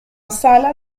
sala